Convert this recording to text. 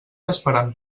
esperant